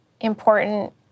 important